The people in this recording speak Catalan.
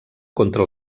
contra